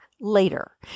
later